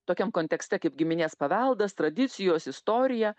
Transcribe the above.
tokiam kontekste kaip giminės paveldas tradicijos istorija